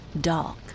dark